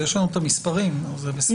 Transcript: יש לנו מספרים, אבל בסדר.